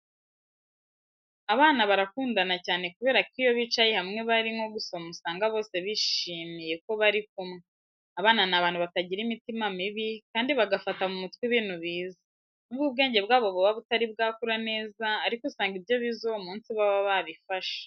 Abana barakundana cyane kubera ko iyo bicaye hamwe bari nko gusoma usanga bose bishimiye ko bari kumwe. Abana ni abantu batagira imitima mibi kandi bagafata mu mutwe ibintu bize. Nubwo ubwenge bwabo buba butari bwakura neza ariko usanga ibyo bize uwo munsi baba babifashe.